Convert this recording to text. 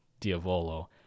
Diavolo